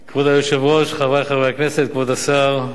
היושב-ראש, חברי חברי הכנסת, כבוד השר,